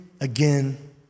again